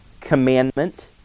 commandment